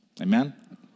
Amen